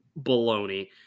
baloney